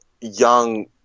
young